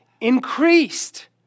increased